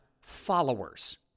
followers